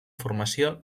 formació